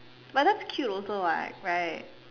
but that's cute also what right